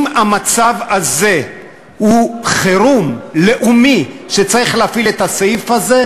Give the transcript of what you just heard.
אם זה מצב חירום לאומי שצריך להפעיל את הסעיף הזה,